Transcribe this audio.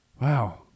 Wow